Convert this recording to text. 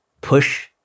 push